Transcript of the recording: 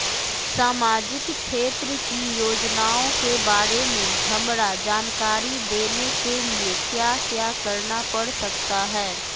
सामाजिक क्षेत्र की योजनाओं के बारे में हमरा जानकारी देने के लिए क्या क्या करना पड़ सकता है?